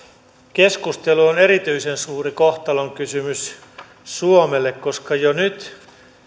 keskustelu on erityisen suuri kohtalonkysymys suomelle koska edes nyt